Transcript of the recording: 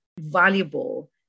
valuable